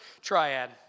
triad